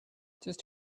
just